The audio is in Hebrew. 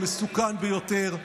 המסוכן ביותר.